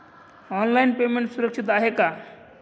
Online payment सुरक्षित आहे का?